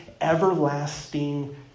everlasting